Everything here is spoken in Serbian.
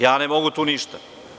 Ja ne mogu tu ništa.